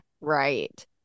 Right